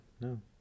no